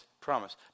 promise